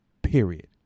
Period